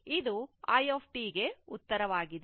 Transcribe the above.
ಇದು i ಗೆ ಉತ್ತರವಾಗಿದೆ